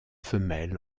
femelles